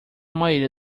maioria